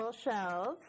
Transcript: shelves